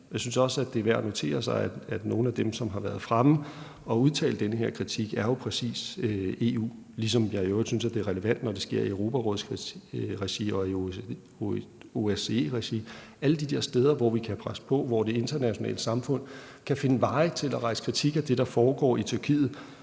Jeg synes også, det er værd at notere sig, at nogle af dem, der har været fremme og udtalt denne kritik, jo præcis er EU, ligesom jeg i øvrigt synes, det er relevant, når det sker i regi af Europarådet eller OSCE. Altså, jeg synes, det er relevant at gøre det alle de der steder, hvor vi kan presse på, og hvor det internationale samfund kan finde veje til at rejse kritik af det, der foregår i Tyrkiet.